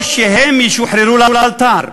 או שהם ישוחררו לאלתר.